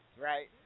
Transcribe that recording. right